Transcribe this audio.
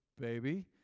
Baby